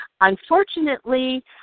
Unfortunately